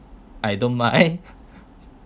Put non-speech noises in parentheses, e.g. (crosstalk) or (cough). I don't mind (laughs)